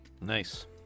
nice